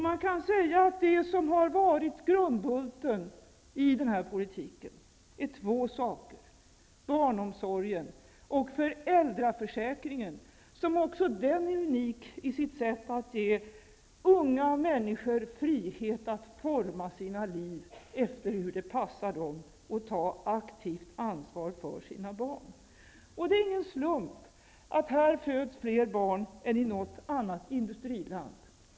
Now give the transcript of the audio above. Man kan säga att det som har varit grundbulten i den här politiken är två saker, nämligen barnomsorgen och föräldraförsäkringen, som är unika i sitt sätt att ge unga människor frihet att forma sina liv efter hur det passar dem och ta aktivt ansvar för sina barn. Det är ingen slump att det föds fler barn här än i något annat industriland.